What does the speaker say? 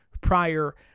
prior